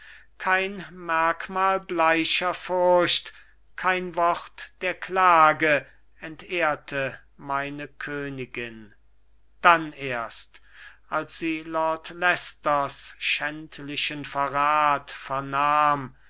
kein merkmal bleicher furcht kein wort der klage entehrte meine königin dann erst als sie lord leicesters schändlichen verrat vernahm